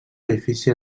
edifici